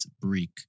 break